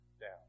down